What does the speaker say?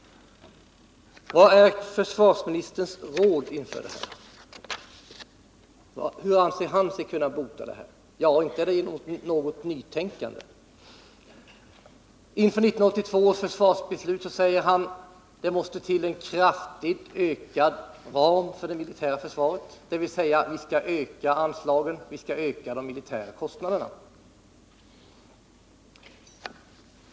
Vilket är då försvarsministerns råd i detta läge? Ja, inte är det fråga om något nytänkande. Inför 1982 års försvarsbeslut, säger han, måste det till en kraftigt ökad ram för det militära försvaret — dvs. vi skall öka de militära anslagen och kostnaderna.